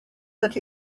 that